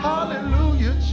Hallelujah